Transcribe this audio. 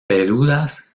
peludas